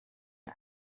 and